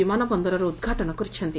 ବିମାନ ବନ୍ଦରର ଉଦ୍ଘାଟନ କରିଛନ୍ତି